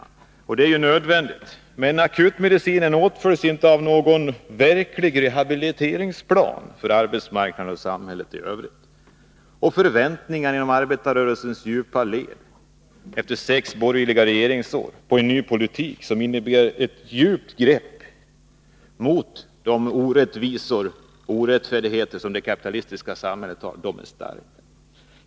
Akutmedicinen är i och för sig nödvändig, men den återföljs inte av någon verklig rehabiliteringsplan för arbetsmarknaden och samhället i övrigt. Efter sex borgerliga regeringsår är förväntningarna stora inom arbetarrörelsens djupa led på en ny politik som riktar sig mot de orättvisor och orättfärdigheter som finns i det kapitalistiska samhället.